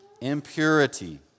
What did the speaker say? impurity